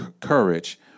courage